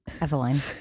Eveline